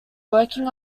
working